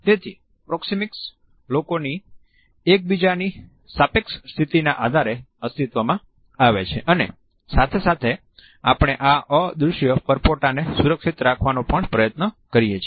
તેથી પ્રોક્ષિમિક્સ લોકોની એકબીજાની સાપેક્ષ સ્થિતિના આધારે અસ્તિત્વમાં આવે છે અને સાથે સાથે આપણે આ અદૃશ્ય પરપોટાને સુરક્ષિત રાખવાનો પણ પ્રયત્ન કરીએ છીએ